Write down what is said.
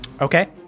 okay